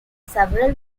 several